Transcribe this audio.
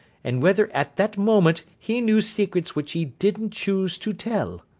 and whether at that moment he knew secrets which he didn't choose to tell